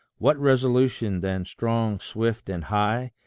what resolution then, strong, swift, and high!